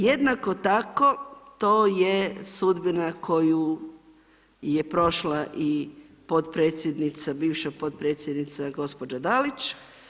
Jednako tako, to je sudbina koju je prošla i potpredsjednica, bivša potpredsjednica gospođa Dalić.